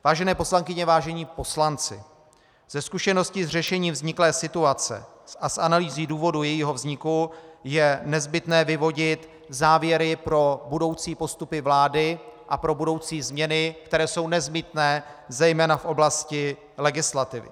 Vážené poslankyně, vážení poslanci, ze zkušenosti s řešením vzniklé situace a z analýzy důvodu jejího vzniku je nezbytné vyvodit závěry pro budoucí postupy vlády a pro budoucí změny, které jsou nezbytné zejména v oblasti legislativy.